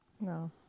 No